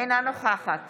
אינה נוכחת